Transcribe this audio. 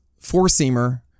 four-seamer